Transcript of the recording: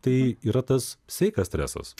tai yra tas sveikas stresas